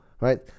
right